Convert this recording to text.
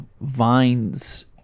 vines